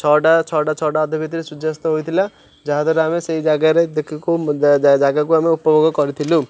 ଛଅଟା ଛଅଟା ଛଅଟା ଅଧେ ଭିତରେ ସୂର୍ଯ୍ୟାସ୍ତ ହୋଇଥିଲା ଯାହାଦ୍ୱାରା ଆମେ ସେଇ ଜାଗାରେ ଦେଖି ଜାଗାକୁ ଆମେ ଉପଭୋଗ କରିଥିଲୁ